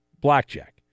blackjack